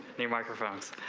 the microphones